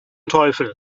teufel